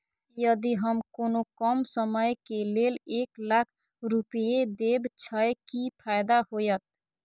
यदि हम कोनो कम समय के लेल एक लाख रुपए देब छै कि फायदा होयत?